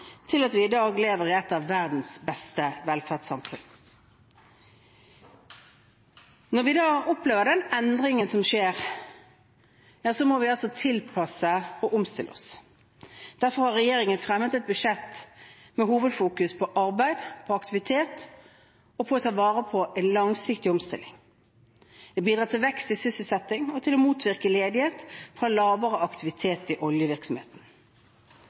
til at vi i dag lever i et av verdens beste velferdssamfunn. Når vi opplever den endringen som skjer, må vi altså tilpasse og omstille oss. Derfor har regjeringen fremmet et budsjett med hovedfokus på arbeid, på aktivitet og på å ta vare på en langsiktig omstilling. Det bidrar til vekst i sysselsetting og til å motvirke ledighet fra lavere aktivitet i oljevirksomheten.